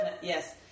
Yes